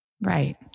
Right